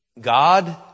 God